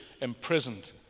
imprisoned